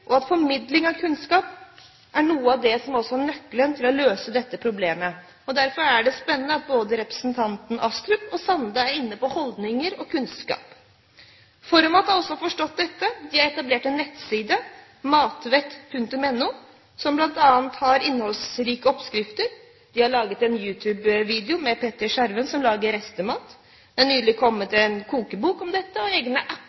er mye av nøkkelen til å løse dette problemet. Derfor er det spennende at både representanten Astrup og representanten Sande er inne på holdninger og kunnskap. ForMat har også forstått dette. De har etablert en nettside – matvett.no – som bl.a. har innholdsrike oppskrifter. De har laget en YouTube-video med Petter Schjerven som lager restemat. Det er nylig kommet en kokebok om dette, og egne app-er på smarttelefoner. Så her er framtiden med oss. Jeg tror nemlig at